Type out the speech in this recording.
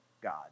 God